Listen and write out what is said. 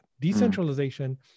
Decentralization